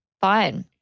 fine